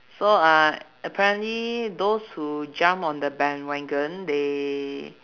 so uh apparently those who jump on the bandwagon they